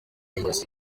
nyobozi